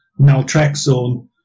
naltrexone